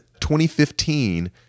2015